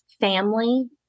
family